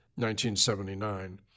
1979